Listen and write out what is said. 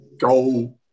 go